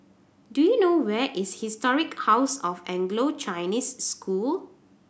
do you know where is Historic House of Anglo Chinese School